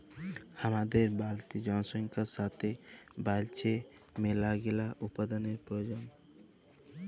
হামাদের বাড়তি জনসংখ্যার সাতে বাইড়ছে মেলাগিলা উপাদানের প্রয়োজন